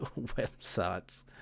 websites